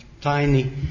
tiny